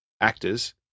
actors